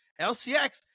LCX